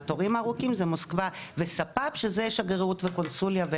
התורים הארוכים הם מוסקבה וסנט פטרבורג שזה שגרירות וקונסוליה,